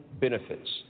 benefits